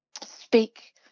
speak